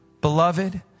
Beloved